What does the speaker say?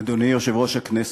אדוני יושב-ראש הכנסת,